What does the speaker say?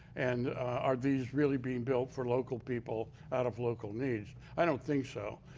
and are these really being built for local people out of local needs. i don't think so.